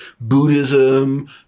Buddhism